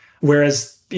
Whereas